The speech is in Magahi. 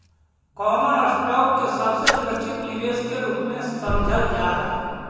कॉमन स्टॉक के सबसे सुरक्षित निवेश के रूप में समझल जा हई